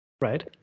right